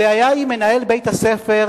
הבעיה היא מנהל בית-הספר,